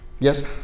Yes